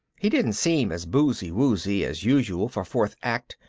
he didn't seem as boozy-woozy as usual for fourth act,